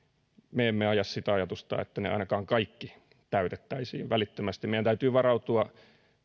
me emme aja sitä ajatusta että ne ainakaan kaikki täytettäisiin välittömästi meidän täytyy varautua